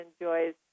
enjoys